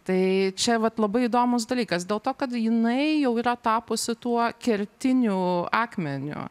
tai čia vat labai įdomus dalykas dėl to kad jinai jau yra tapusi tuo kertiniu akmeniu